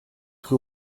rue